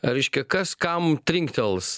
reiškia kas kam trinktels